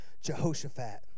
Jehoshaphat